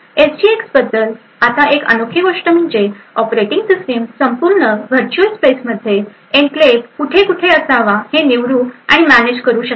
SGX बद्दल आता एक अनोखी गोष्ट म्हणजे ऑपरेटिंग सिस्टम संपूर्ण वर्च्युअल स्पेसमध्ये एन्क्लेव कुठे कुठे असावा हे निवडू आणि मॅनेज करू शकते